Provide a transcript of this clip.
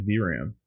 VRAM